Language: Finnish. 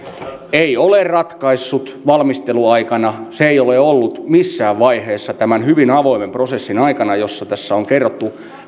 ei ole ratkaissut valmistelun aikana se ei ole ollut missään vaiheessa tämän hyvin avoimen prosessin aikana jossa tässä on kerrottu